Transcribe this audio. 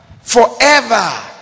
forever